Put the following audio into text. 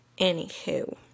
Anywho